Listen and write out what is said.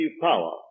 power